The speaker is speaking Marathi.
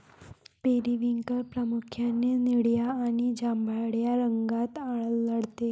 पेरिव्हिंकल प्रामुख्याने निळ्या आणि जांभळ्या रंगात आढळते